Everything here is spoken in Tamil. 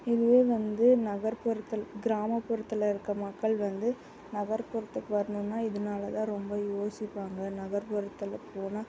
இதுவே வந்து நகர்ப்புறத்தில் கிராமப்புறத்தில் இருக்க மக்கள் வந்து நகர்ப்புறத்துக்கு வரணுன்னால் இதனால தான் ரொம்ப யோசிப்பாங்க நகர்ப்புறத்தில் போனால்